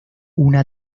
una